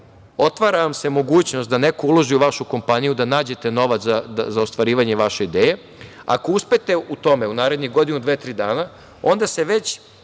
otvara vam se mogućnost da neko uloži u vašu kompaniju, da nađete novac za ostvarivanje vaše ideje, ako uspete u tome u narednih godinu, dve, tri dana, onda se već